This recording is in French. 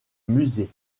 musée